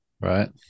right